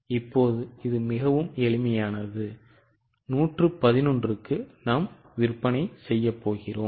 இப்போது இது மிகவும் எளிமையானது 111க்கு நாம் விற்பனைசெய்யப் போகிறோம்